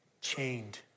chained